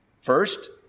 First